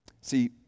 See